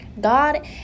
God